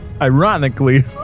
Ironically